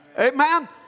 Amen